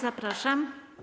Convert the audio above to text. Zapraszam.